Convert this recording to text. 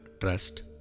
trust